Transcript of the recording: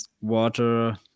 water